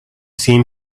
seen